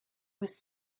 was